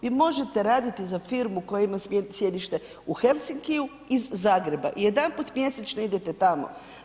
Vi možete raditi za firmu koja ima sjedište u Helsinkiju iz Zagreba i jedanput mjesečno idete tamo.